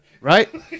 Right